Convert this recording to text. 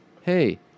Hey